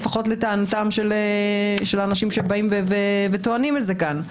לפחות לטענתם של האנשים שבאים וטוענים את זה כאן.